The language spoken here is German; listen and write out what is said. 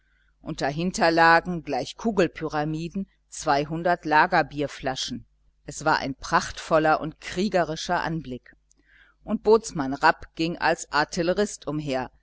und dahinter lagen gleich kugelpyramiden zweihundert lagerbierflaschen es war ein prachtvoller und kriegerischer anblick und bootsmann rapp ging als artillerist umher